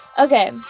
Okay